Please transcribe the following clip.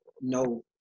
no